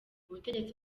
ubutegetsi